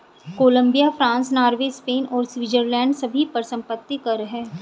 Colombia, France, Norway, Spain और Switzerland सभी पर संपत्ति कर हैं